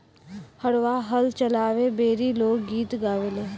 हरवाह हल चलावे बेरी लोक गीत गावेले